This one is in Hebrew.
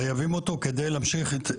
חייבים אותו כדי להמשיך את התכנון.